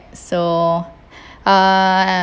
so uh